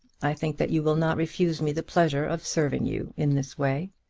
i think that you will not refuse me the pleasure of serving you in this way.